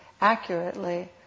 accurately